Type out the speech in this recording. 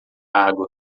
água